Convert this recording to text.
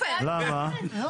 יכול